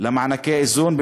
למענקי איזון,